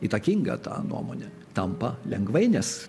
įtakinga ta nuomonė tampa lengvai nes